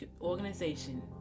organization